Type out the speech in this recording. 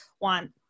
want